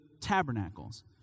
tabernacles